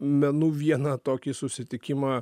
menu vieną tokį susitikimą